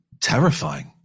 terrifying